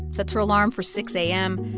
sets her alarm for six a m.